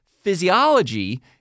Physiology